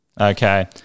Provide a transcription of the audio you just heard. Okay